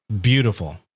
beautiful